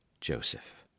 Joseph